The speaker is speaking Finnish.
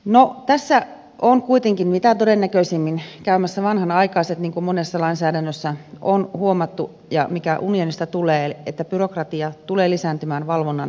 no tässä on kuitenkin mitä todennäköisimmin käymässä vanhanaikaiset niin kuin monessa lainsäädännössä on huomattu ja mikä unionista tulee että byrokratia tulee lisääntymään valvonnan muodossa